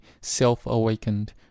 self-awakened